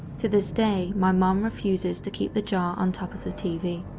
to this day, my mom refuses to keep the jar on top of the tv.